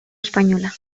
espainola